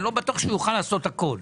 אני לא בטוח שהוא יוכל לעשות הכל.